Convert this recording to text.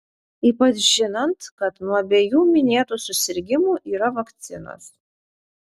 ypač žinant kad nuo abiejų minėtų susirgimų yra vakcinos